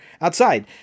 outside